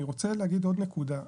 אני רוצה להגיד עוד נקודה.